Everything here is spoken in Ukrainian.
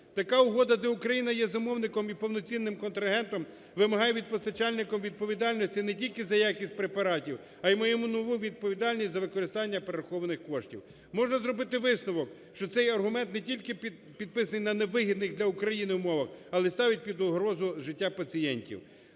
Така угода для України, яка є замовником і повноцінним контрагентом, вимагає від постачальника відповідальності не тільки за якість препаратів, а і майнову відповідальність за використання перерахованих коштів. Можна зробити висновок, що цей аргумент не тільки підписаний на не вигідних для України умовах, але ставить під загрозу життя пацієнтів.